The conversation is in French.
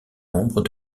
nombre